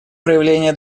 проявления